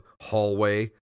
hallway